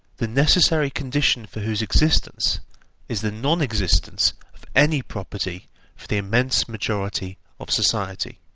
the necessary condition for whose existence is the non-existence of any property for the immense majority of society.